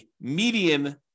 median